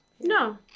no